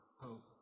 hope